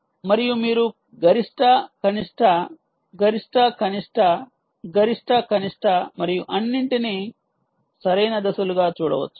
మరియు మీరు గరిష్ట కనిష్ట గరిష్ట కనిష్ట గరిష్ట కనిష్ట మరియు అన్నింటినీ సరైన దశలుగా చూడవచ్చు